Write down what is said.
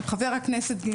עם חבר הכנסת גינזבורג.